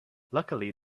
luckily